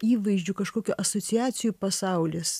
įvaizdžių kažkokių asociacijų pasaulis